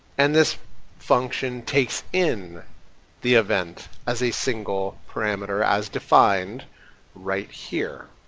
and this function takes in the event as a single parameter as defined right here,